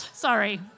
Sorry